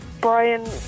Brian